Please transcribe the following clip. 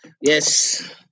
Yes